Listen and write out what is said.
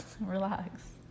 relax